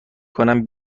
کنم